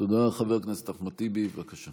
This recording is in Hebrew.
בבדיקה ויש מעורבות של פרקליטות המחוז בעניין הזה.